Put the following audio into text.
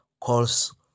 calls